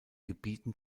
gebieten